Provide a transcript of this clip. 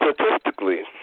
statistically